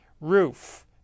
Roof